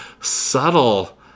subtle